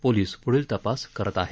police पुढील तपास करत आहेत